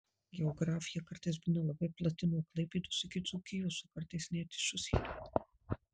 geografija kartais būna labai plati nuo klaipėdos iki dzūkijos o kartais net iš užsienio